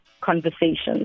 conversations